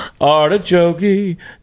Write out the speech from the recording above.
Artichoke